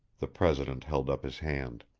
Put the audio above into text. the president held up his hand.